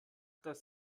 das